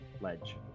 Ledge